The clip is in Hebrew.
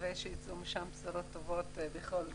נקווה שיצאו משם בשורות טובות בכל זאת.